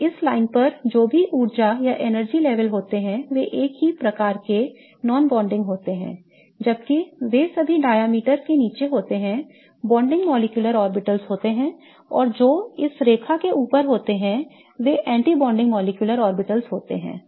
तो इस लाइन पर जो भी ऊर्जा स्तर होते हैं वे एक प्रकार के गैर संबंध होते हैं जबकि वे सभी जो व्यास के नीचे होते हैं बॉन्डिंग आणविक ऑर्बिटल्स होते हैं और जो इस रेखा से ऊपर होते हैं वे एंटी बॉन्डिंग आणविक ऑर्बिटल्स होते हैं